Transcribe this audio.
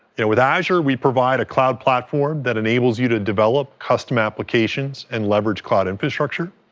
yeah with azure, we provide a cloud platform that enables you to develop custom applications and leverage cloud infrastructure.